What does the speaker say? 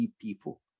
people